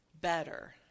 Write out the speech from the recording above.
better